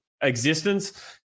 existence